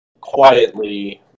quietly